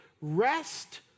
rest